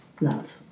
love